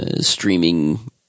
streaming